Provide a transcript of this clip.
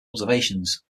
observations